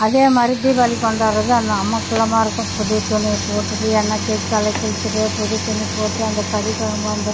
அதேமாதிரி தீபாவளி கொண்டாடுறது அங்கே அமர்க்களமாக இருக்கும் புது துணி போட்டுகிட்டு எண்ணெய் தேய்ச்சி தலை குளிச்சுட்டு புது துணி போட்டு அங்கே கறிக்குழம்பும் அந்த